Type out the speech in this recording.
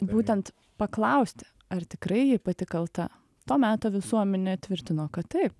būtent paklausti ar tikrai ji pati kalta to meto visuomenė tvirtino kad taip